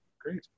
great